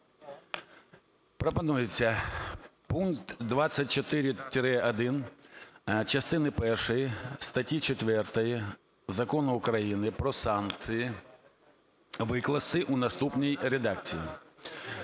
Пропонується пункт 24-1 частини першої статті 4 Закону України "Про санкції" викласти в наступній редакції: